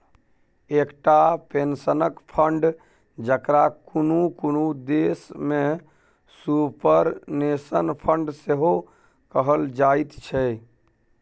एकटा पेंशनक फंड, जकरा कुनु कुनु देश में सुपरनेशन फंड सेहो कहल जाइत छै